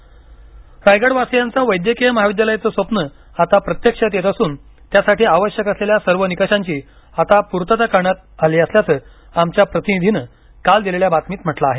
वैद्यकीय महाविद्यालय रायगडवासियांचं वैद्यकीय महाविद्यालयाचं स्वप्न आता प्रत्यक्षात येत असून त्यासाठी आवश्यक असलेल्या सर्व निकषांची आता पूर्तता करण्यात आली असल्याचं आमच्या प्रतिनिधिनं काल दिलेल्या बातमीत म्हटलं आहे